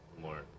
more